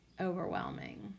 overwhelming